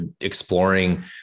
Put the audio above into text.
exploring